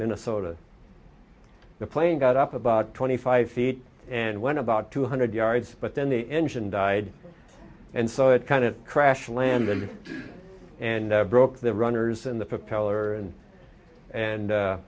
minnesota the plane got up about twenty five feet and went about two hundred yards but then the engine died and so it kind of crash landed and broke the runners in the